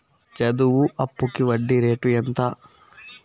చదువు అప్పుకి వడ్డీ రేటు ఎంత?